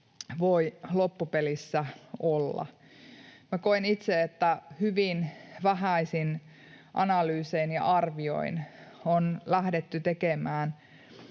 voi loppupelissä olla. Minä koen itse, että hyvin vähäisin analyysein ja arvioin on lähdetty tekemään